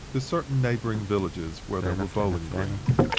to certain neighboring villages where there were bowling-greens.